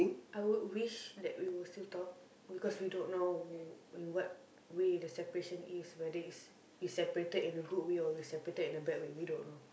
I would wish that we will still talk because we don't know in what way the separation is whether is is separated in a good way or we separated in a bad way we don't know